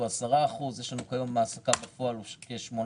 הוא 10%. יש לנו היום העסקה בפועל של כ-8%.